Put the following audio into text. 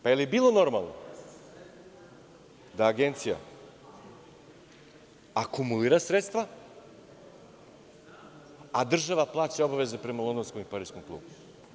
Da li je bilo normalno da Agencija akumulira sredstva, a država plaća obaveze prema Londonskom i Pariskom klubu?